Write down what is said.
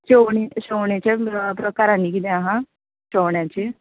शेवणीं शेवणेचे प्रकार आनी कितें आहा शेवण्याची